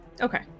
okay